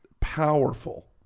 Powerful